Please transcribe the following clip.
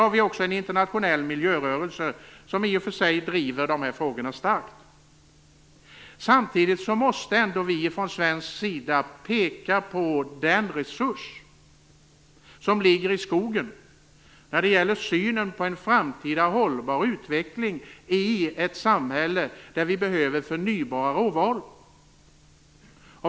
Det finns också en internationell miljörörelse som driver de här frågorna starkt. Samtidigt måste ändå vi från svensk sida peka på den resurs som skogen utgör när det gäller synen på en framtida hållbar utveckling i ett samhälle där vi behöver förnybara råvaror.